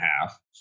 half